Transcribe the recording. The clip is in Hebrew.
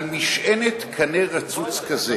על משענת קנה רצוץ כזה